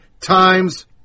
times